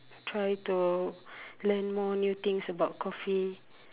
try to learn more new things about coffee